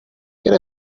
get